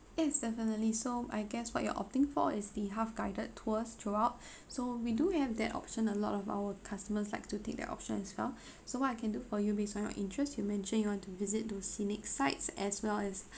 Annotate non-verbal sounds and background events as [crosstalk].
yes definitely so I guess what you're opting for it's the half guided tours throughout [breath] so we do have that option a lot of our customers like to take that option as well [breath] so what I can do for you based on your interests you mentioned you want to visit to scenic sites as well as